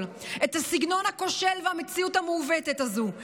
את הסגנון הכושל ואת המציאות המעוותת הזאת.